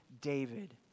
David